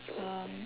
um